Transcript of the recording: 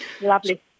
lovely